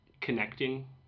connecting